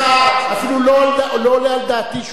אפילו לא עולה על דעתי שהוא יתווכח אתך.